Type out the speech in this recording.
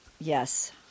Yes